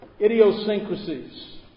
idiosyncrasies